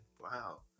Wow